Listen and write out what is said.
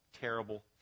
terrible